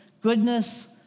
Goodness